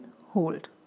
hold